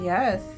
Yes